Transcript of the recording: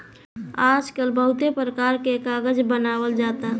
आजकल बहुते परकार के कागज बनावल जाता